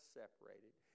separated